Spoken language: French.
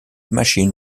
machine